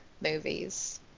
movies